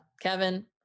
Kevin